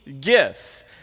gifts